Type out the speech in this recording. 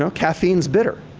so caffeine is bitter.